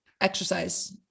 exercise